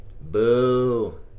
boo